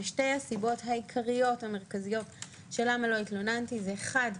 שתי הסיבות המרכזיות של למה לא התלוננתי זה אחת,